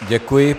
Děkuji.